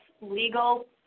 legal